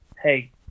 hey